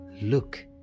Look